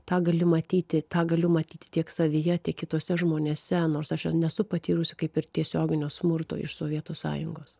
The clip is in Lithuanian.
tą gali matyti tą galiu matyti tiek savyje tiek kituose žmonėse nors aš nesu patyrusi kaip ir tiesioginio smurto iš sovietų sąjungos